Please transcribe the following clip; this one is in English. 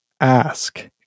Ask